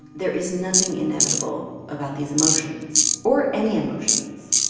there is nothing inevitable about these emotions or any emotions,